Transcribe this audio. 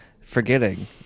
forgetting